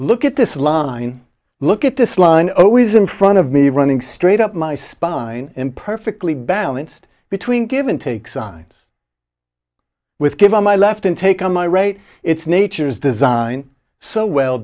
look at this line look at this line always in front of me running straight up my spine imperfectly balanced between give and take sides with give on my left and take on my right it's nature's design so well